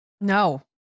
No